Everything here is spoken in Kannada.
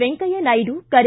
ವೆಂಕಯ್ಯ ನಾಯ್ಡು ಕರೆ